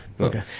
Okay